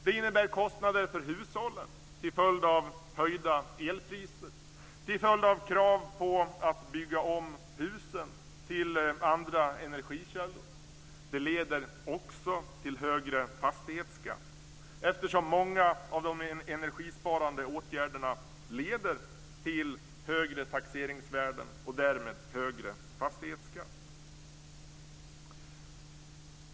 Det innebär kostnader för hushållen till följd av höjda elpriser, till följd av krav på att bygga om husen till andra energikällor. Det leder också till högre fastighetsskatt eftersom många av de energisparande åtgärderna leder till högre taxeringsvärden och därmed till högre fastighetsskatt.